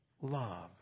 love